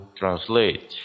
translate